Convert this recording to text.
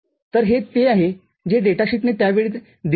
तर हे ते आहे जे डेटा शीटनेत्यावेळी दिले होते